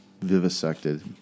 vivisected